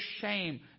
shame